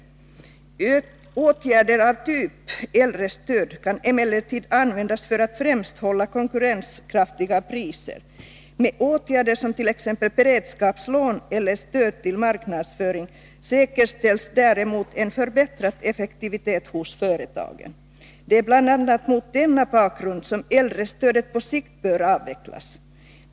Åtgärder av typ äldrestöd kan emellertid användas för att främst hålla konkurrenskraftiga priser. Med åtgärder som t.ex. beredskapslån eller stöd till marknadsföring säkerställs däremot en förbättrad effektivitet hos företagen. Det är bl.a. mot denna bakgrund som äldrestödet på sikt bör avvecklas.